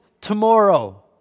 tomorrow